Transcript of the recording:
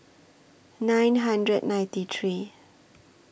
nine hundred and ninety three